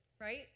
right